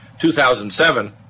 2007